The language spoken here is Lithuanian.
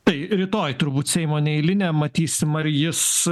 tai rytoj turbūt seimo neeilinė matysim ar jis